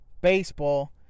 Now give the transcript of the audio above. Baseball